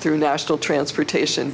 through national transportation